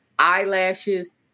eyelashes